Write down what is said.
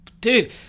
Dude